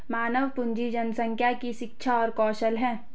मानव पूंजी जनसंख्या की शिक्षा और कौशल है